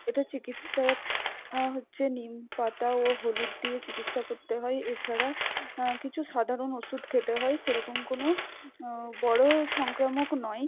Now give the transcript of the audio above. এটার চিকিৎসা হচ্ছে নিম পাতা ও হলুদ দিয়ে চিকিৎসা করতে হয় এছাড়া কিছু সাধারণ ওষুধ খেতে হয় সেরকম কোনো বড় সংক্রামক নয়